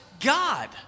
God